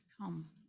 come